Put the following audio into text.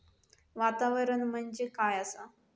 वातावरण म्हणजे काय असा?